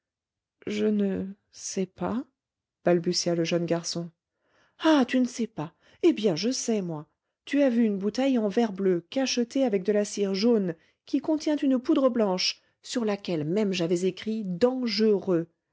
je ne sais pas balbutia le jeune garçon ah tu ne sais pas eh bien je sais moi tu as vu une bouteille en verre bleu cachetée avec de la cire jaune qui contient une poudre blanche sur laquelle même j'avais écrit dangereux